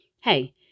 Hey